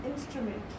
instrument